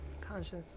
Consciously